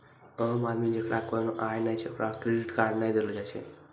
आम आदमी जेकरा कोनो आय नै छै ओकरा क्रेडिट कार्ड नै देलो जाय छै